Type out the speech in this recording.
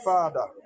Father